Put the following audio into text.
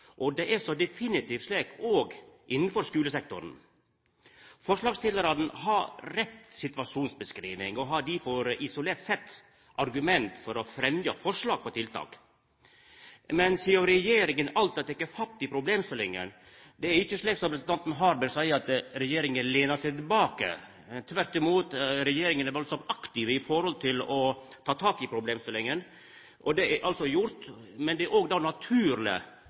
og det er så definitivt slik òg innafor skulesektoren. Forslagsstillarane har rett situasjonsbeskriving og har difor isolert sett argument for å fremja forslag om tiltak. Regjeringa har alt teke fatt i problemstillinga. Det er ikkje slik, som representanten Harberg seier, at regjeringa lener seg tilbake. Tvert imot, regjeringa er veldig aktiv når det gjeld å ta tak i problemstillinga. Det er altså gjort, men det er då naturleg å følgja utviklinga tett før ein eventuelt går til ytterlegare tiltak. Det